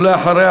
ואחריה,